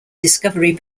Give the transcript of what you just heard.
discovery